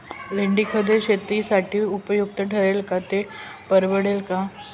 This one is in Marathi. लेंडीखत हे शेतीसाठी उपयुक्त ठरेल का, ते परवडेल का?